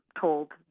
told